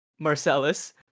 marcellus